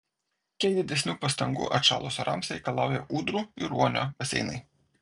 kiek didesnių pastangų atšalus orams reikalauja ūdrų ir ruonio baseinai